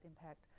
impact